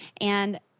And-